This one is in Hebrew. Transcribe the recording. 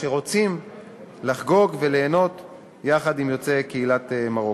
שרוצים לחגוג וליהנות יחד עם יוצאי קהילת מרוקו.